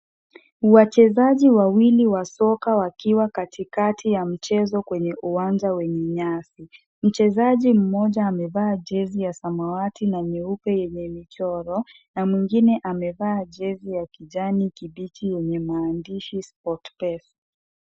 Wachezaji wawili wa soka wakiwa katikati ya mchezo kwenye uwanja wenye nyasi. Mchezaji mmoja amevaa jezi ya samawati na nyeupe yenye michoro na mwingine amevaa jezi ya kijani kibichi yenye maandishi Sportpesa.